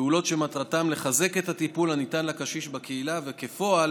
פעולות שמטרתן לחזק את הטיפול הניתן לקשיש בקהילה וכפועל